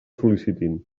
sol·licitin